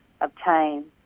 obtain